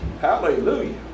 Hallelujah